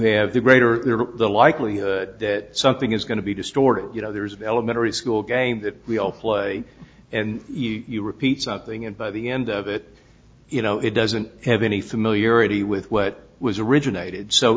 have the greater the likelihood that something is going to be distorted you know there's an elementary school game that we all play and you repeat something and by the end of it you know it doesn't have any familiarity with what was originated so